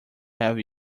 have